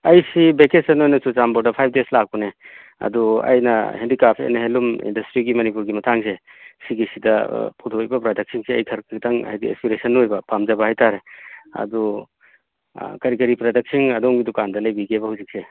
ꯑꯩꯁꯤ ꯕꯦꯀꯦꯁꯟ ꯑꯣꯏꯅ ꯆꯨꯔꯥꯆꯥꯟꯄꯨꯔꯗ ꯐꯥꯏꯕ ꯗꯦꯁ ꯂꯥꯛꯄꯅꯦ ꯑꯗꯨ ꯑꯩꯅ ꯍꯦꯟꯗꯤꯀ꯭ꯔꯥꯐ ꯑꯦꯟ ꯍꯦꯟꯂꯨꯝ ꯏꯟꯗꯁꯇ꯭ꯔꯤꯒꯤ ꯃꯅꯤꯄꯨꯔꯒꯤ ꯃꯇꯥꯡꯁꯦ ꯁꯤꯒꯤꯁꯤꯗ ꯄꯨꯊꯣꯛꯏꯕ ꯄ꯭ꯔꯗꯛꯁꯤꯡꯁꯦ ꯑꯩ ꯈꯔ ꯈꯤꯇꯪ ꯍꯥꯏꯗꯤ ꯑꯦꯁꯄꯤꯔꯦꯁꯟ ꯑꯣꯏꯕ ꯄꯥꯝꯖꯕ ꯍꯥꯏꯇꯥꯔꯦ ꯑꯗꯣ ꯀꯔꯤ ꯀꯔꯤ ꯄ꯭ꯔꯗꯛꯁꯤꯡ ꯑꯗꯣꯝꯒꯤ ꯗꯨꯀꯥꯟꯗ ꯂꯩꯕꯤꯒꯦꯕ ꯍꯧꯖꯤꯛꯁꯦ